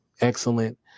excellent